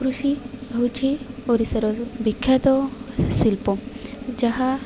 କୃଷି ହେଉଛି ଓଡ଼ିଶାର ବିଖ୍ୟାତ ଶିଲ୍ପ ଯାହା